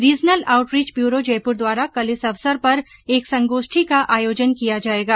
regional outreach bureau Jaipur द्वारा कल इस अवसर पर एक संगोष्ठी का आयोजन किया जाएगा